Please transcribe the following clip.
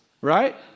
Right